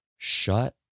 shut